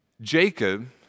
Jacob